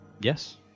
yes